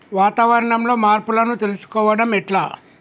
వాతావరణంలో మార్పులను తెలుసుకోవడం ఎట్ల?